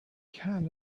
can